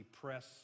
Press